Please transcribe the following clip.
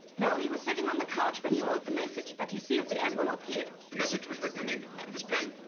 no, he was sitting on the couch when he wrote the message but he sealed the envelope here. the and message was written in ink with this pen?